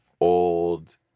old